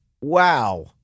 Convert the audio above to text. wow